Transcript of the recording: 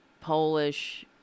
Polish